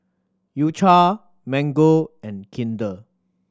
U Cha Mango and Kinder